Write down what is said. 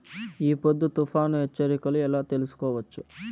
ఈ పొద్దు తుఫాను హెచ్చరికలు ఎలా తెలుసుకోవచ్చు?